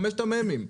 חמשת המ"מים.